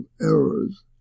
errors